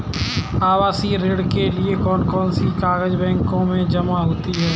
आवासीय ऋण के लिए कौन कौन से कागज बैंक में जमा होंगे?